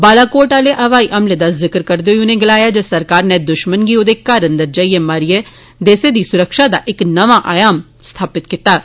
बालाकोट आहले हवाई हमले दा जिक्र करदे होई उनें गलाया जे सरकार नै दुश्मन गी ओहदे घरै अंदर मारियै देसै दी सुरक्षा दा इक नमां आयाम स्थापित कीता ऐ